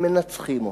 הם מנצחים אותה.